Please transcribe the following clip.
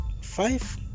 Five